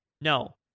No